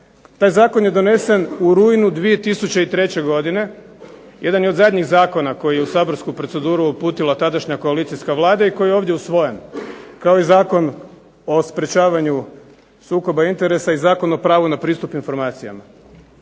Taj zakon je donesen u rujnu 2003. godine, jedan je od zadnjih zakona koji u saborsku proceduru uputila tadašnja koalicijska Vlada, i koji je ovdje usvojen, kao i Zakon o sprečavanju sukoba interesa, i Zakon o pravu na pristup informacijama.